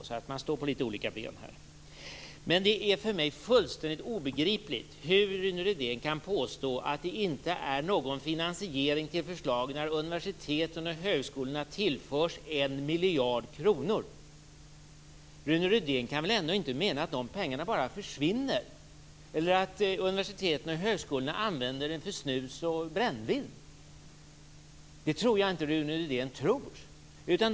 De står därför på olika ben. Det är för mig fullständigt obegripligt hur Rune Rydén kan påstå att det inte finns någon finansiering av förslagen när universiteten och högskolorna tillförs 1 miljard kronor. Rune Rydén kan väl inte mena att de pengarna bara försvinner eller att universiteten och högskolorna använder dem till snus och brännvin? Jag tror inte att Rune Rydén menar det.